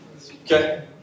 Okay